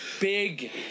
Big